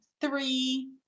three